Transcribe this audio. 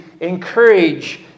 encourage